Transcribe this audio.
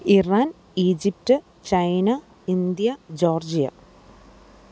Iran Egypt China India Georgia